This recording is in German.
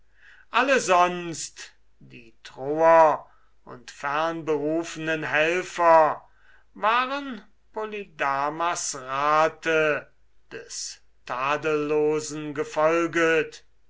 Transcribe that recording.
alle sonst die troer und fernberufenen helfer waren polydamas rate des tadellosen gefolget